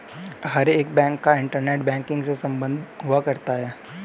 हर एक बैंक का internet banking से सम्बन्ध हुआ करता है